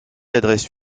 adresse